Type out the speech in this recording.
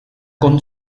con